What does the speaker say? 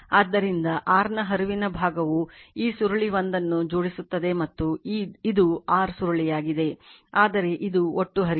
ಆದ್ದರಿಂದ r ನ ಹರಿವಿನ ಭಾಗವು ಈ ಸುರುಳಿ 1 ಅನ್ನು ಜೋಡಿಸುತ್ತದೆ ಮತ್ತು ಇದು r ಸುರುಳಿಯಾಗಿದೆಆದರೆ ಇದು ಒಟ್ಟು ಹರಿವು